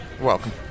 welcome